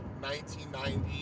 1990